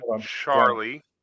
Charlie